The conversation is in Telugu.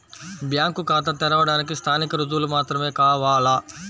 బ్యాంకు ఖాతా తెరవడానికి స్థానిక రుజువులు మాత్రమే కావాలా?